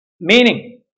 Meaning